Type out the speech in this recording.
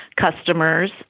customers